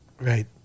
Right